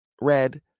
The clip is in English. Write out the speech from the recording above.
red